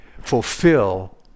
fulfill